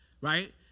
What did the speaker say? right